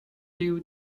you